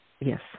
Yes